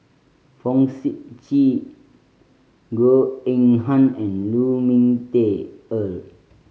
Fong Sip Chee Goh Eng Han and Lu Ming Teh Earl